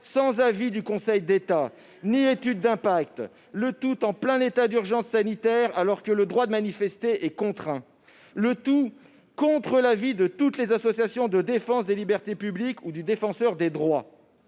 sans avis du Conseil d'État ni étude d'impact, le tout en plein état d'urgence sanitaire, alors que le droit de manifester est contraint, et ce contre l'avis de toutes les associations de défense des libertés publiques ou de la Défenseure des droits.